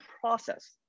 process